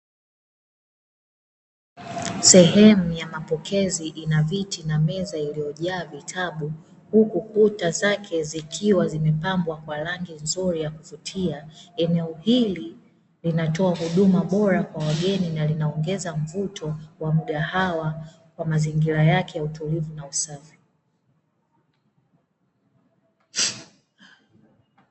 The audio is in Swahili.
Sehemu ya mapokezi ina viti na meza iliyojaa vitabu, huku kuta zake zikiwa zimepambwa kwa rangi nzuri ya kuvutia, eneo hili linatoa huduma bora kwa wageni na linaongeza mvuto wa mgahawa kwa mazingira yake ya utulivu na usafi.